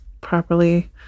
properly